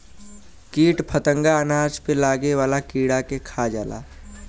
कीट फतंगा अनाज पे लागे वाला कीड़ा के खा जाला